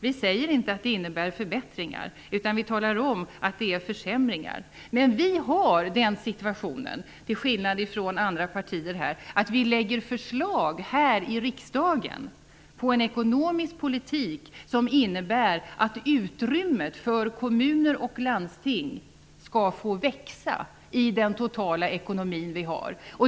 Vi säger inte att det innebär förbättringar, utan vi talar om att det är försämringar. Men vi har till skillnad från andra partier här den situationen att vi lägger fram förslag här i riksdagen till en ekonomisk politik som innebär att utrymmet för kommuner och landsting skall få växa i den totala ekonomi som vi har.